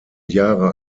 jahre